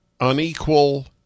unequal